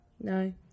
No